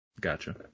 Gotcha